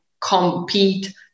compete